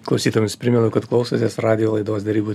klausytojams primenu kad klausotės radijo laidos derybų